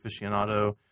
aficionado